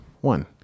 One